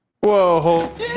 Whoa